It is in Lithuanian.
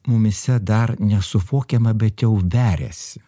mumyse dar nesuvokiama bet jau veriasi